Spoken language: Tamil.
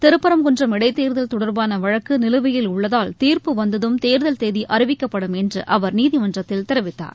திருப்பரங்குன்றம் இடைத்தேர்தல் தொடர்பான வழக்கு நிலுவையில் உள்ளதால் தீர்ப்பு வந்ததும் தேர்தல் தேதி அறிவிக்கப்படும் என்று அவர் நீதிமன்றத்தில் தெரிவித்தார்